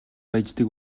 байж